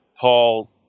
Paul